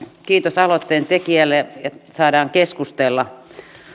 kiitos aloitteen tekijälle että saadaan keskustella